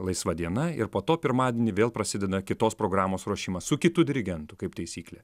laisva diena ir po to pirmadienį vėl prasideda kitos programos ruošimas su kitu dirigentu kaip taisyklė